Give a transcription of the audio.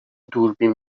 دوربین